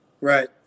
Right